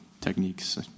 techniques